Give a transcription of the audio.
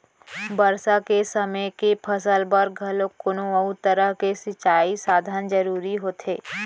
बरसा के समे के फसल बर घलोक कोनो अउ तरह के सिंचई साधन जरूरी होथे